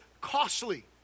costly